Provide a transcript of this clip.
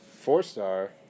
four-star